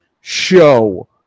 show